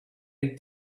eight